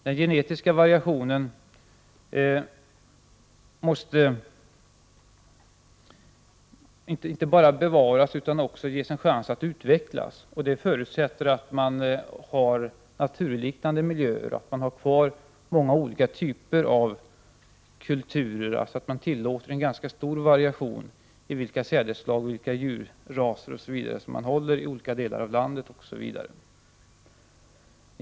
Den genetiska variationen skall inte bara bevaras utan också ges en chans att utvecklas. Det förutsätter att man har naturliknande miljöer och att man har kvar många olika typer av kulturer, alltså att man tillåter en ganska stor variation t.ex. i fråga om de sädesslag man odlar och de djurraser som man håller i olika delar av landet.